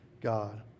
God